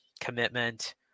commitment